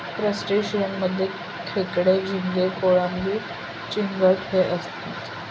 crustaceans मध्ये खेकडे, झिंगे, कोळंबी, चिंगट हे असतात